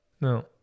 No